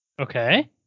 Okay